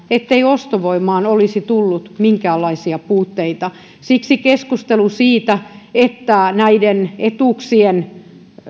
ettei ostovoimaan olisi tullut minkäänlaisia puutteita siksi keskustelu siitä että näiden etuuksien